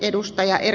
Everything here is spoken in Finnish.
arvoisa puhemies